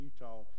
Utah